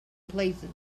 places